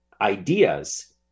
ideas